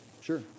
Sure